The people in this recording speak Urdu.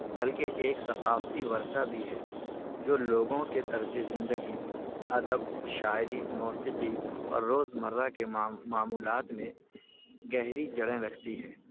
بلکہ ایک ثقافتی ورثہ بھی ہے جو لوگوں کے طرز زندگی ادب شاعری موسیقی اور روز مرہ کے معمولات میں گہری جڑیں رکھتی ہے